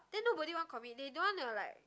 then nobody want commit they don't wanna like